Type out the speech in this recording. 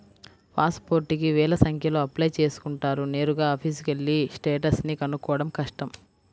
pass పోర్టుకి వేల సంఖ్యలో అప్లై చేసుకుంటారు నేరుగా ఆఫీసుకెళ్ళి స్టేటస్ ని కనుక్కోడం కష్టం